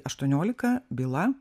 aštuoniolika byla